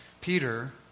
Peter